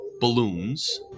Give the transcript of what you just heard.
balloons